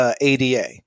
ADA